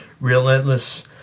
Relentless